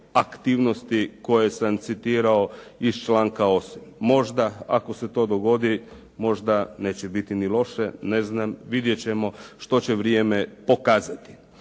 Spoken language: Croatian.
aktivnosti koje sam citirao iz članka 8.? Možda. Ako se to dogodi, možda neće biti ni loše. Ne znam, vidjet ćemo što će vrijeme pokazati.